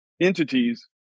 entities